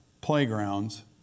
playgrounds